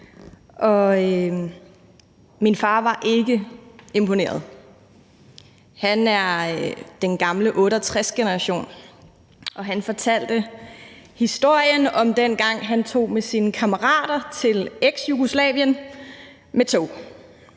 Min far var ikke imponeret. Han er den gamle 68'er-generation, og han fortalte historien om dengang, hvor han tog med sine kammerater til Eksjugoslavien med tog,